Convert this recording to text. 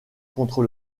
contre